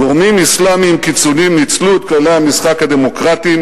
גורמים אסלאמיים קיצוניים ניצלו את כללי המשחק הדמוקרטיים